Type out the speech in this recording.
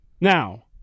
Now